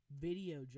Video